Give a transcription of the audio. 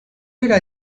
era